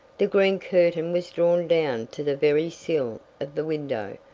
the green curtain was drawn down to the very sill of the window.